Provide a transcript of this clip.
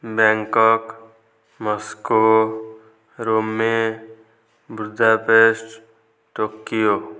Bangkok Moscow Rome Budapest Tokyo